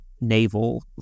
naval